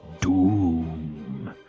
Doom